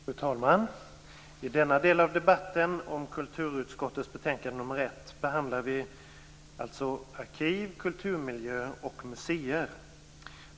Fru talman! I denna del av debatten om kulturutskottets betänkande nr 1 behandlar vi alltså arkiv, kulturmiljö och museer.